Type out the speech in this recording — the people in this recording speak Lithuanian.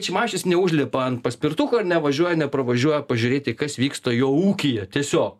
šimašius neužlipa ant paspirtuko nevažiuoja nepravažiuoja pažiūrėti kas vyksta jo ūkyje tiesio